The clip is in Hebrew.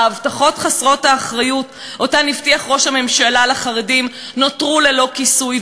ההבטחות חסרות האחריות שהבטיח ראש הממשלה לחרדים נותרו ללא כיסוי,